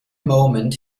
moment